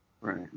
Right